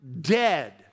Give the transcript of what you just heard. dead